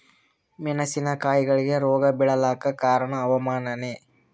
ಮೆಣಸಿನ ಕಾಯಿಗಳಿಗಿ ರೋಗ ಬಿಳಲಾಕ ಕಾರಣ ಹವಾಮಾನನೇ?